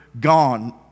gone